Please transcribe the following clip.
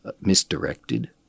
misdirected